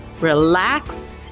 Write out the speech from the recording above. relax